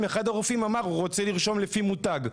אחד הרופאים אמר שהוא רוצה לרשום לפי מותג.